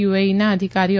યુએઈના અધિકારીઓ